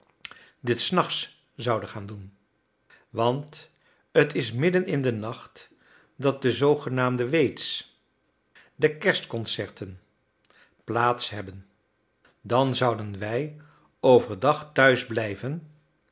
dit s nachts zouden gaan doen want t is midden in den nacht dat de zoogenaamde waits de kerstconcerten plaats hebben dan zouden wij overdag thuis blijven